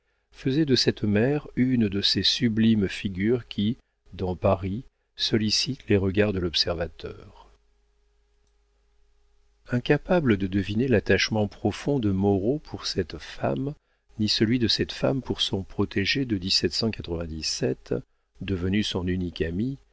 faisait de cette mère une de ces sublimes figures qui dans paris sollicitent les regards de l'observateur incapable de deviner l'attachement profond de moreau pour cette femme ni celui de cette femme pour son protégé de devenu son unique ami